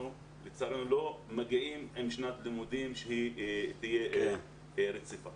לצערנו אנחנו לא מגיעים לשנת לימודים שתהיה רציפה.